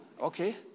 okay